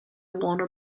warner